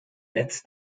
netz